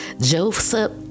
Joseph